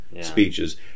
speeches